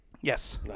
yes